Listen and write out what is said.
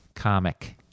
comic